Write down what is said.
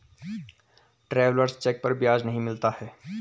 travellers cheque पर ब्याज नहीं मिलता है